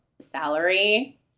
salary